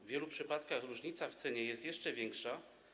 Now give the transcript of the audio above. W wielu przypadkach różnica w cenie jest jeszcze większa.